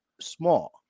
small